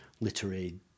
literary